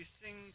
sing